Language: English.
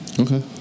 Okay